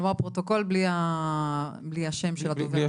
כלומר, פרוטוקול בלי השם של הדובר.